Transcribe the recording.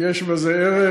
יש בזה ערך,